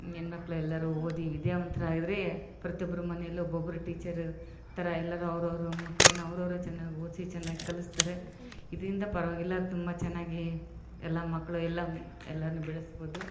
ಹೆಣ್ಮಕ್ಳೆಲ್ಲರು ಓದಿ ವಿದ್ಯಾವಂತ್ರು ಆಗಿದರೆ ಪ್ರತಿಯೊಬ್ರ ಮನೇಲು ಒಬ್ಬೊಬ್ರು ಟೀಚರ್ ಇರ್ತರ ಎಲ್ಲರು ಅವ್ರವ್ರ ಮಕ್ಕಳನ್ನ ಅವ್ರವರೆ ಚೆನ್ನಾಗ್ ಓದಿಸಿ ಚೆನ್ನಾಗ್ ಕಲಿಸ್ತರೆ ಇದರಿಂದ ಪರವಾಗಿಲ್ಲ ತುಂಬ ಚೆನ್ನಾಗಿ ಎಲ್ಲ ಮಕ್ಕಳು ಎಲ್ಲ ಎಲ್ಲರನ್ನು ಬೆಳೆಸ್ಬೌದು